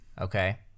okay